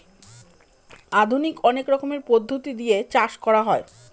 আধুনিক অনেক রকমের পদ্ধতি দিয়ে চাষ করা হয়